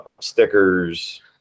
stickers